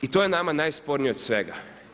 I to je nama najspornije od svega.